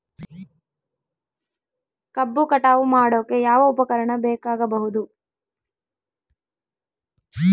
ಕಬ್ಬು ಕಟಾವು ಮಾಡೋಕೆ ಯಾವ ಉಪಕರಣ ಬೇಕಾಗಬಹುದು?